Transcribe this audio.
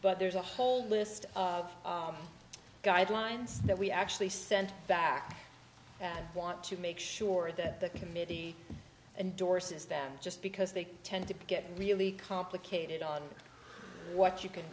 but there's a whole list of guidelines that we actually sent back and i want to make sure that the committee and doris's them just because they tend to get really complicated on what you c